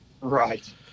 Right